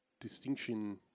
distinction